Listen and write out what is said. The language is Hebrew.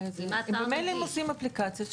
ממילא הם עושים אפליקציות,